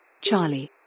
Charlie